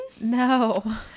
No